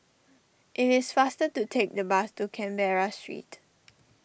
it is faster to take the bus to Canberra Street